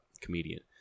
comedian